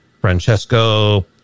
Francesco